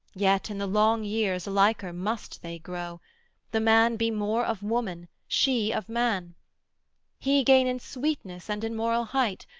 yet in the long years liker must they grow the man be more of woman, she of man he gain in sweetness and in moral height,